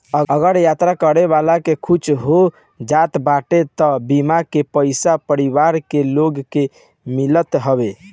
अगर यात्रा करे वाला के कुछु हो जात बाटे तअ बीमा के पईसा परिवार के लोग के मिलत हवे